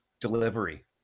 Delivery